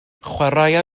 chwaraea